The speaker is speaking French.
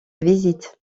visite